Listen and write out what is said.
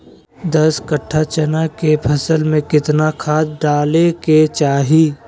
दस कट्ठा चना के फसल में कितना खाद डालें के चाहि?